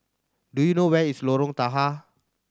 do you know where is Lorong Tahar